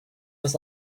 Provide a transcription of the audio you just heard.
was